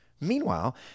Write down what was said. Meanwhile